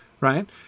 right